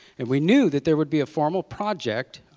and we knew that there would be a formal project,